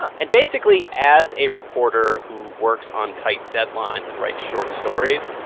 and basically, as a reporter who works on tight deadlines and writes short stories,